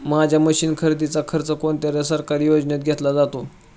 माझ्या मशीन खरेदीचा खर्च कोणत्या सरकारी योजनेत घेतला जातो?